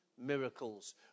miracles